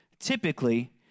Typically